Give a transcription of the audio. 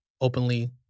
openly